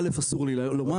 א' אסור לי לומר.